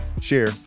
share